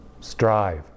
Strive